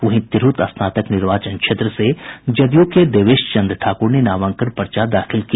वहीं तिरहुत स्नातक निर्वाचन क्षेत्र से जदयू के देवेश चन्द्र ठाकुर ने नामांकन पर्चा दाखिल किया